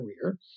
career